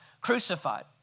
crucified